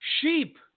Sheep